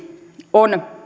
on